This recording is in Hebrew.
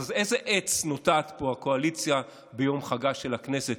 אז איזה עץ נוטעת פה הקואליציה ביום חגה של הכנסת,